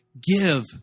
Give